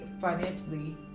financially